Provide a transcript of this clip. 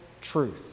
truth